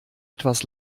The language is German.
etwas